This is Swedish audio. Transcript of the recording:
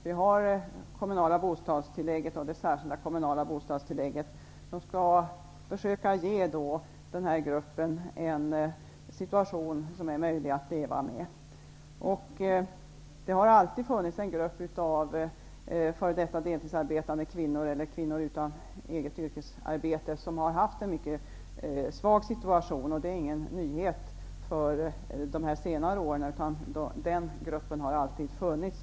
Det finns kommunalt bostadstillägg och det särskilda kommunala bostadstillägget som skall försöka ge denna grupp en situation som är möjlig att leva med. Det har alltid funnits en grupp av f.d. deltidsarbetande kvinnor, eller kvinnor som inte haft eget yrkesarbete, vilka haft en mycket svag situation. Det är inte någon nytt som uppkommit under de senare åren, utan den gruppen har alltid funnits.